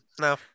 no